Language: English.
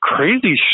crazy